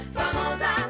famosa